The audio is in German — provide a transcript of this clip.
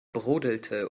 brodelte